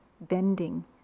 bending